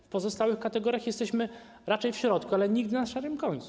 W pozostałych kategoriach jesteśmy raczej w środku, ale nigdy na szarym końcu.